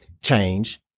change